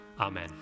amen